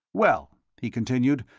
well, he continued,